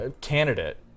candidate